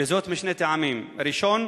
וזאת משני טעמים: הראשון,